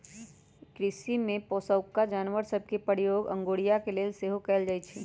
कृषि में पोशौआका जानवर सभ के प्रयोग अगोरिया के लेल सेहो कएल जाइ छइ